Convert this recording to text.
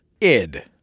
id